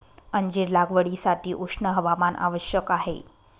अंजीर लागवडीसाठी उष्ण हवामान आवश्यक आहे